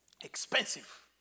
expensive